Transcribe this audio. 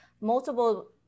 multiple